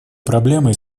проблемой